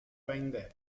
wende